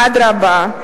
אדרבה.